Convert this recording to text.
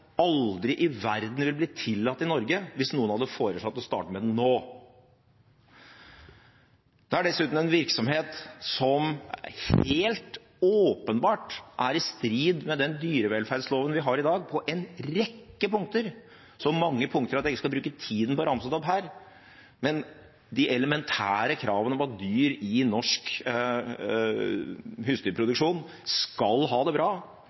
aldri i verden ville blitt tillatt i Norge hvis noen hadde foreslått å starte med den nå. Det er dessuten en virksomhet som helt åpenbart er i strid med den dyrevelferdsloven vi har i dag, på en rekke punkter, så mange punkter at jeg ikke skal bruke tida på å ramse dem opp her. De elementære kravene er at dyr i norsk husdyrproduksjon skal ha det bra,